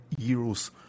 euros